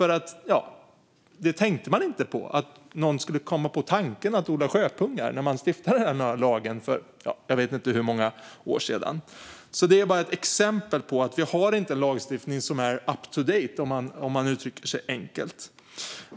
Man tänkte inte på att någon skulle komma på tanken att odla sjöpungar när man stiftade den här lagen för jag vet inte hur många år sedan. Det är ett exempel på att vi inte har en lagstiftning som är up-to-date, för att uttrycka det enkelt.